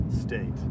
state